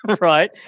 right